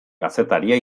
kazetaria